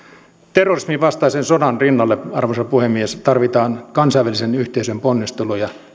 terrorismin vastaisen sodan rinnalle arvoisa puhemies tarvitaan kansainvälisen yhteisön ponnisteluja